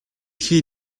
хий